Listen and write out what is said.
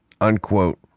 unquote